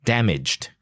Damaged